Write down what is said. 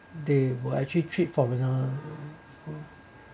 they will actually treat foreigner